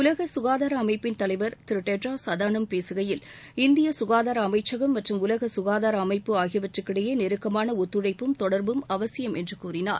உலக சுகாதார அமைப்பின் தலைவர் திரு டெட்ரஸ் அதோனாம் பேசுகையில் இந்திய சுகாதார அமைச்சகம் மற்றும் உலக சுகாதார அமைப்பு ஆகியவற்றுக்கிடையே நெருக்கமான ஒத்தழைப்பும் தொடர்பும் அவசியம் என்று கூறினார்